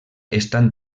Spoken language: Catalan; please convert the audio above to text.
estan